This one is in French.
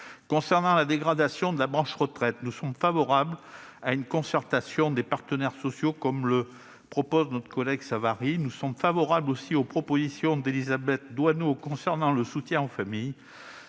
de la dégradation de la branche retraite, nous sommes favorables à une concertation des partenaires sociaux, comme le propose notre collègue René-Paul Savary. Nous sommes également favorables aux propositions d'Élisabeth Doineau concernant le soutien aux familles.